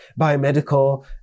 biomedical